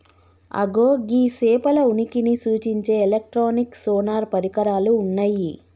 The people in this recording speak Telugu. అగో గీ సేపల ఉనికిని సూచించే ఎలక్ట్రానిక్ సోనార్ పరికరాలు ఉన్నయ్యి